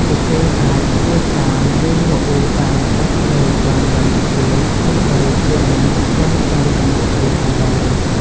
ពួកគេអាចហួចតាម ឬរអ៊ូតាមបទភ្លេងបានយ៉ាងងាយស្រួល ទោះបីជាមិនទាន់ចាំទំនុកច្រៀងក៏ដោយ។